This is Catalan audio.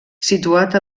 situat